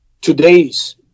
today's